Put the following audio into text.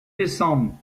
décembre